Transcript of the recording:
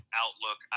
outlook